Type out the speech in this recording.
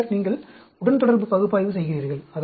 பின்னர் நீங்கள் உடன்தொடர்பு பகுப்பாய்வு செய்கிறீர்கள்